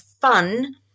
fun